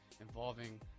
involving